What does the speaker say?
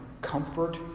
comfort